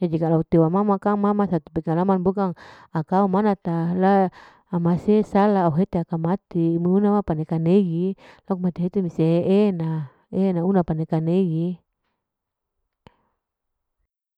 jadi kalu hutiwa ma ma kang ma ma satu pekarangan bukang akau manata, la ama se sala au hete aka mati, muna na paneka nei, laku mate hete mese e'ena, e'ena una paneka nei'ii.